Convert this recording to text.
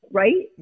right